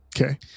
Okay